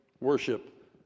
worship